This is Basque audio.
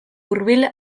hurbil